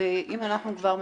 אם אנחנו כבר מדברים,